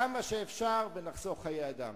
כמה שאפשר, ונחסוך חיי אדם.